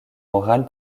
orale